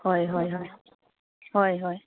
ꯍꯣꯏ ꯍꯣꯏ ꯍꯣꯏ ꯍꯣꯏ ꯍꯣꯏ